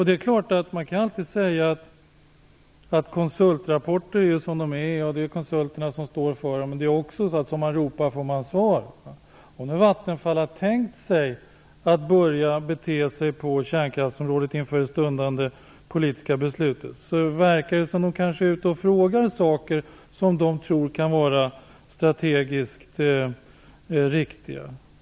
Det är klart att man alltid kan säga att konsultrapporter är ju som de är och att det är konsulterna som står för dem, men det är ju också så att som man ropar får man svar. Även om nu Vattenfall har tänkt sig att börja bete sig annorlunda på kärnkraftsområdet inför det stundande politiska beslutet, så verkar det som om de är ute och frågar om saker som de tror kan vara strategiskt riktiga.